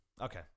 Okay